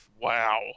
Wow